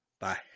Bye